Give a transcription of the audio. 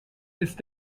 ist